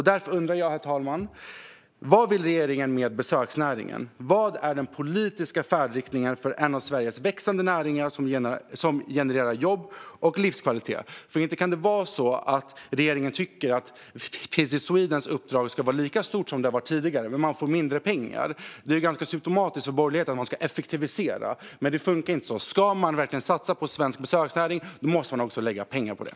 Därför undrar jag, herr talman: Vad vill regeringen med besöksnäringen? Vad är den politiska färdriktningen för en av Sveriges växande näringar som genererar jobb och livskvalitet? För inte kan det väl vara så att regeringen tycker att Visit Swedens uppdrag ska vara lika stort som tidigare men att de ska få mindre pengar? Det är ganska symtomatiskt för borgerligheten att man ska effektivisera, men det funkar inte så. Ska man verkligen satsa på svensk besöksnäring måste man också lägga pengar på den.